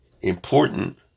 important